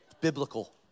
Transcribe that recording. Biblical